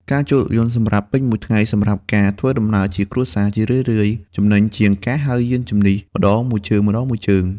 ការជួលរថយន្តសម្រាប់ពេញមួយថ្ងៃសម្រាប់ការធ្វើដំណើរជាគ្រួសារ ជារឿយៗចំណេញជាងការហៅយានជំនិះម្តងមួយជើងៗ។